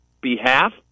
behalf